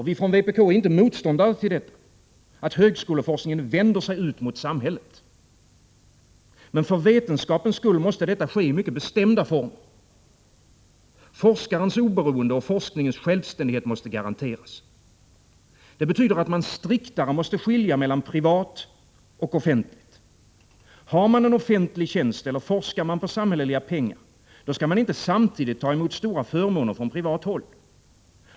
Vi i vpk är inte motståndare till, att högskoleforskningen vänder sig ut mot samhället. Men för vetenskapens skull måste detta ske i mycket bestämda former. Forskarens oberoende och forskningens självständighet måste garanteras. Det betyder att man striktare måste skilja mellan privat och offentligt. Har man en offentlig tjänst eller forskar man med hjälp av samhälleliga pengar, skall man inte samtidigt ta emot stora förmåner från privat håll.